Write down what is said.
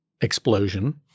explosion